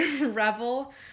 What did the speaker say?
revel